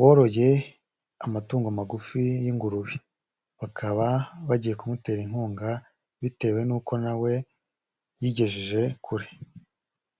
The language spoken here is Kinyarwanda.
woroye amatungo magufi y'ingurube, bakaba bagiye kumutera inkunga bitewe nuko na we yigejeje kure.